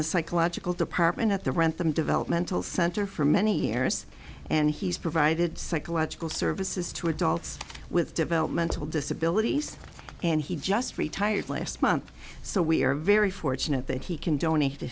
the psychological department at the wrentham developmental center for many years and he's provided psychological services to adults with developmental disabilities and he just retired last month so we're very fortunate that he can donate